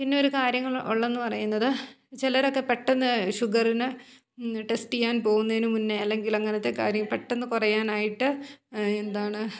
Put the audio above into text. പിന്നെയൊരു കാര്യങ്ങൾ ഉള്ളതെന്നു പറയുന്നത് ചിലവരൊക്കെ പെട്ടെന്ന് ഷുഗറിന് ടെസ്റ്റു ചെയ്യാൻ പോകുന്നതിനു മുന്നേ അല്ലെങ്കിൽ അങ്ങനത്തെ കാര്യം പെട്ടെന്ന് കുറയാനായിട്ട് എന്താണ്